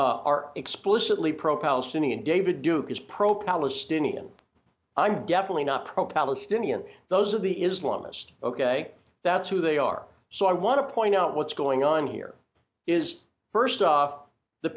are explicitly pro palestinian david duke is pro palestinian i'm definitely not pro palestinian those of the islamised ok that's who they are so i want to point out what's going on here is first off the